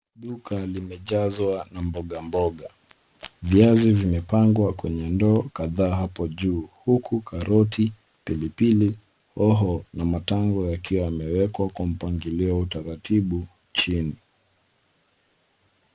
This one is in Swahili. Duka limejazwa na mboga mboga. Viazi vimepangwa kwenye ndoo kadhaa apo juu uku karoti, pilipili hoho na matango yakiwa yamewekwa kwa mpangilio wa utaratibu chini.